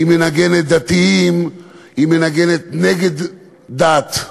היא מנגנת דתיים, היא מנגנת נגד דת,